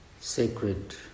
sacred